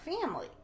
family